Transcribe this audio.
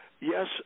yes